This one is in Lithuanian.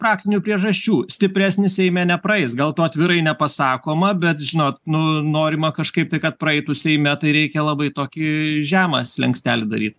praktinių priežasčių stipresnis seime nepraeis gal to atvirai nepasakoma bet žinot nu norima kažkaip tai kad praeitų seime tai reikia labai tokį žemą slenkstelį daryt